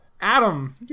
adam